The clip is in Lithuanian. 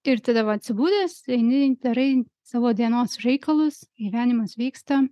ir tada jau atsibudęs eini darai savo dienos reikalus gyvenimas vyksta